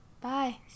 bye